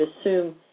assume